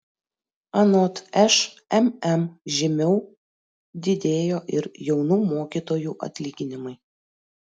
anot šmm žymiau didėjo ir jaunų mokytojų atlyginimai